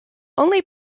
only